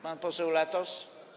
Pan poseł Latos?